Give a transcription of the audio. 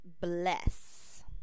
Bless